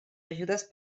ajudes